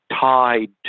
tied